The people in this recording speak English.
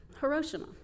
Hiroshima